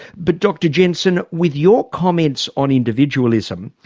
but dr jensen, with your comments on individualism,